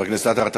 חבר הכנסת עטר,